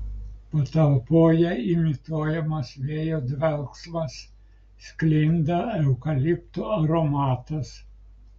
patalpoje imituojamas vėjo dvelksmas sklinda eukalipto aromatas